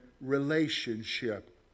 relationship